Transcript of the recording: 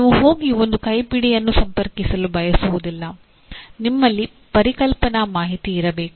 ನೀವು ಹೋಗಿ ಒಂದು ಕೈಪಿಡಿಯನ್ನು ಸಂಪರ್ಕಿಸಲು ಬಯಸುವುದಿಲ್ಲ ನಿಮಲ್ಲಿ ಪರಿಕಲ್ಪನಾ ಮಾಹಿತಿ ಇರಬೇಕು